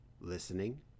listening